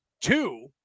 two